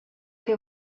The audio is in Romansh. che